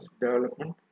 development